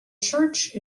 church